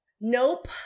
Nope